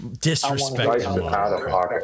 disrespectful